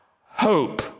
hope